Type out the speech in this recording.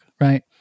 right